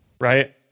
Right